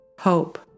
Hope